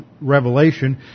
Revelation